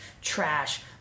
trash